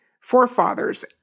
forefathers